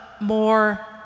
more